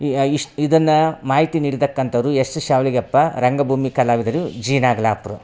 ಈಯಾ ಇಷ್ಟು ಇದನ್ನು ಮಾಹಿತಿ ನೀಡಿದಕಂಥವ್ರು ಎಶ್ ಶಾವ್ಲಿಗೆಪ್ಪ ರಂಗಭೂಮಿ ಕಲಾವಿದರು ಜಿ ನಾಗಲಾಪುರ್